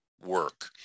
work